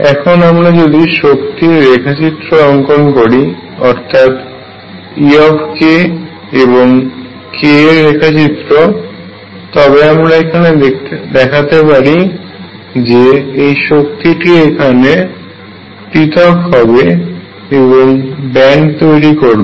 এখন আমরা যদি শক্তির রেখাচিত্র অংকন করি অর্থাৎ E এবং k এর রেখাচিত্র তবে আমার এখানে দেখাতে পারি যে এই শক্তিটি এখানে পৃথক হবে এবং ব্যান্ড তৈরি করবে